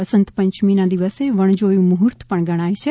વસંતપંચમીના દિવસે વણજોયું મુહ્ર્ત ગણાય છે